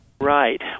Right